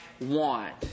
want